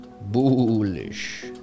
Bullish